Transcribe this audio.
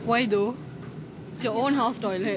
why though your one house toilet